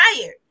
tired